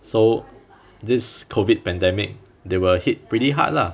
so this COVID pandemic they were hit pretty hard lah